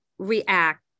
react